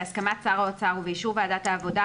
בהסכמת שר האוצר באישור ועדת העבודה,